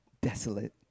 desolate